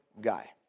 guy